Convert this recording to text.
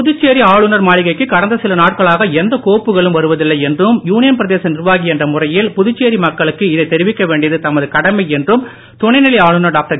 புதுச்சேரி ஆளுனர் மாளிகைக்கு கடந்த சில நாட்களாக எந்த கோப்புக்களும் வருவதில்லை என்றும் யூனியன் பிரதேச நிர்வாகி என்ற முறையில் புதுச்சேரி மக்களுக்கு இதைத் தெரிவிக்க வேண்டியது தமது கடமை என்றும் துணைநிலை ஆளுனர் டாக்டர்